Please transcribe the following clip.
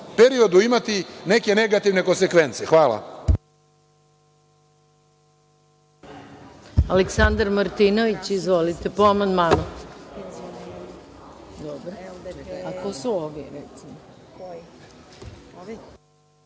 periodu imati neke negativne konsekvence. Hvala.